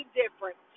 different